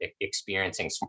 experiencing